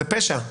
זהו פשע.